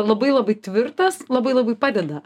labai labai tvirtas labai labai padeda